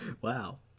Wow